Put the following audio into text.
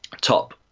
top